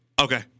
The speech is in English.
Okay